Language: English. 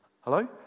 Hello